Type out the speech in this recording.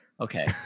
Okay